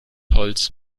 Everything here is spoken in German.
holz